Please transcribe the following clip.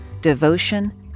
devotion